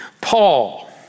Paul